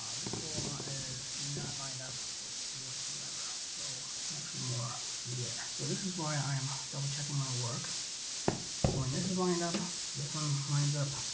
this hole is not lined and up whatsoever. so, it's actually more there. so, this is why i'm double-checking my work. so when this is lined up this one lines up,